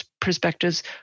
perspectives